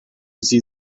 sie